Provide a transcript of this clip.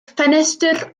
ffenestr